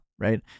right